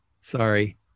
Sorry